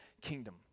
kingdom